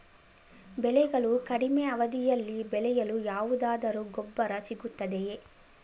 ಬೆಳೆಗಳು ಕಡಿಮೆ ಅವಧಿಯಲ್ಲಿ ಬೆಳೆಯಲು ಯಾವುದಾದರು ಗೊಬ್ಬರ ಸಿಗುತ್ತದೆಯೇ?